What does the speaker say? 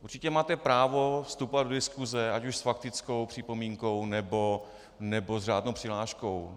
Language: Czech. Určitě máte právo vstupovat do diskuse ať už s faktickou připomínkou, nebo s řádnou přihláškou.